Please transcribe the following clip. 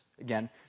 again